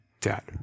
debt